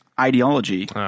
ideology